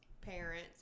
parents